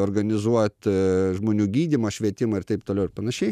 organizuot žmonių gydymą švietimą ir taip toliau ir panašiai